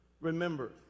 remember